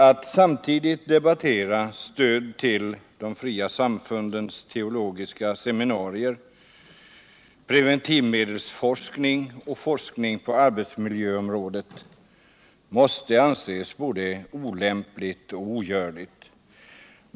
Att samtidigt debattera stöd till de fria samfundens teologiska seminarier, preventivmedelsforskning och forskning på arbetsmiljöområdet måste anses både olämpligt och ogörligt.